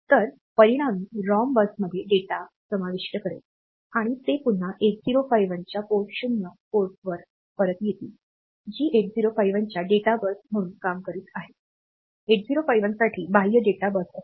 तर परिणामी रॉम बसमध्ये डेटा समाविष्ट करेल आणि ते पुन्हा 8051 च्या 0 पोर्टवर परत येतील जी 8051 च्या डेटा बस म्हणून काम करीत आहे 8051 साठी बाह्य डेटा बस असेल